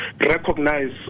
recognize